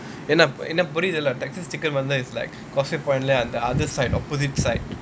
என்ன என்ன புரிதல்ல:enna enna purithalla Texas Chicken வந்து:vanthu is like causeway point the other side opposite site